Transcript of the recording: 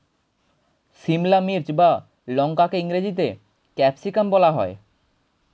সিমলা মির্চ বা লঙ্কাকে ইংরেজিতে ক্যাপসিকাম বলা হয়